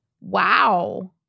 Wow